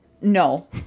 no